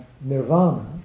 nirvana